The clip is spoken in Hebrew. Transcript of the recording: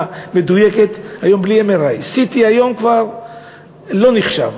מדויקת בלי MRI. CT היום כבר לא נחשב.